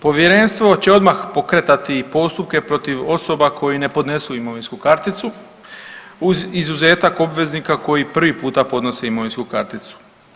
Povjerenstvo će odmah pokretati postupke protiv osoba koje ne podnesu imovinsku karticu uz izuzetak obveznika koji prvi puta podnose imovinsku karticu.